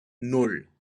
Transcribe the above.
nan